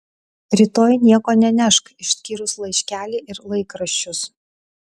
rytoj nieko nenešk išskyrus laiškelį ir laikraščius